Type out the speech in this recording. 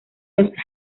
los